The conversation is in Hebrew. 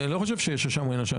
אני לא חושב אם יש אשם או אין אשם.